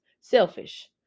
Selfish